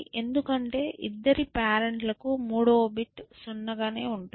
ఎందుకంటే ఇద్దరి పేరెంట్ లకు 3 వ బిట్ 0 గా ఉంటుంది